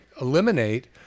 eliminate